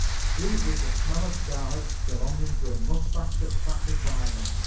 sweet was the smell of garlic belonging to a mustache that sat beside me,